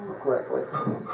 correctly